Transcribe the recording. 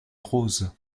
rose